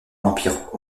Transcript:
l’empire